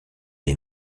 est